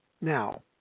Now